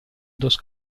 dos